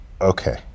Okay